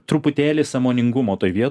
truputėlį sąmoningumo toj vie